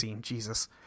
Jesus